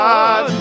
God